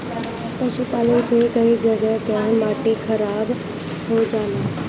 पशुपालन से कई जगह कअ माटी खराब हो जाला